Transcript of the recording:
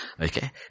okay